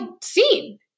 seen